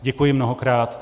Děkuji mnohokrát.